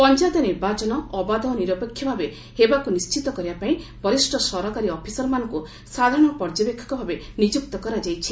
ପଞ୍ଚାୟତ ନିର୍ବାଚନ ଅବାଧ ଓ ନିରପେକ୍ଷ ଭାବେ ହେବାକୁ ନିଶ୍ଚିତ କରିବାପାଇଁ ବରିଷ୍ଣ ସରକାରୀ ଅଫିସରମାନଙ୍କୁ ସାଧାରଣ ପର୍ଯ୍ୟବେକ୍ଷକ ଭାବେ ନିଯୁକ୍ତ କରାଯାଇଛି